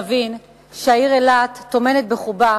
נבין שהעיר אילת טומנת בחובה,